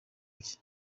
bye